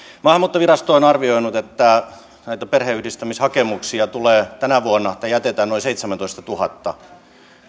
maahanmuuttovirasto on arvioinut että näitä perheenyhdistämishakemuksia jätetään tänä vuonna noin seitsemäntoistatuhatta